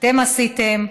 אתם עשיתם,